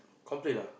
complain